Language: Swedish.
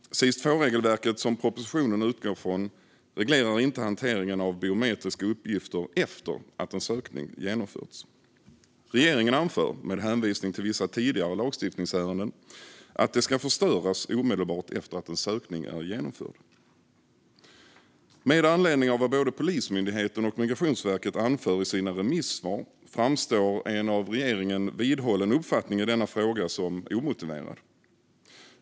SIS II-regelverket, som propositionen utgår från, reglerar inte hanteringen av biometriska uppgifter efter att en sökning genomförts. Regeringen anför med hänvisning till vissa tidigare lagstiftningsärenden att de ska förstöras omedelbart efter att en sökning är genomförd. Med anledning av vad både Polismyndigheten och Migrationsverket anför i sina remissvar framstår en av regeringen vidhållen uppfattning i denna fråga som omotiverad.